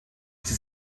sie